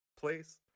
place